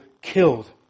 killed